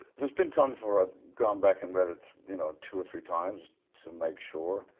there's been times where i've gone back and read it you know, two or three times to make sure,